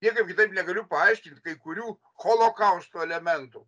niekaip kitaip negaliu paaiškinti kai kurių holokausto elementų